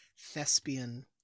thespian